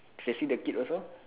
facing the kid also